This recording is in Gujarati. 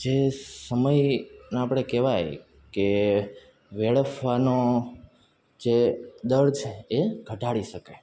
જે સમય આપણે કહેવાય કે વેડફવાનો જે દર છે એ ઘટાડી શકે